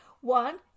one